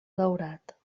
daurat